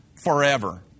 forever